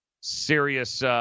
serious